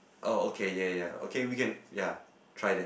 oh okay yeah yeah okay we can yeah try that